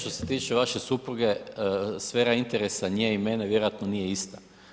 Što se tiče vaše supruge sfera interesa nje i mene vjerojatno nije ista.